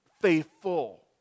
faithful